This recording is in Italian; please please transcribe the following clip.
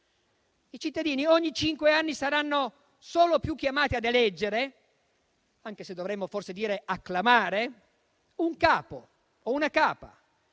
I cittadini, ogni cinque anni, saranno solo chiamati ad eleggere - anche se dovremmo forse dire acclamare - un capo o una "capa"